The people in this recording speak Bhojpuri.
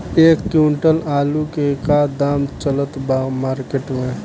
एक क्विंटल आलू के का दाम चलत बा मार्केट मे?